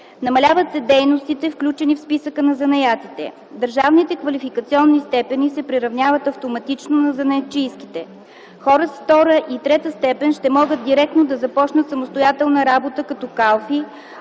намаляват се дейностите, включени в списъка на занаятите; държавните квалификационни степени се приравняват автоматично на занаятчийските; хора с втора и трета степен ще могат директно да започнат самостоятелна работа като калфи,